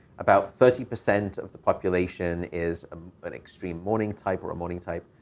about thirty percent of the population is an extreme morning type or a morning type,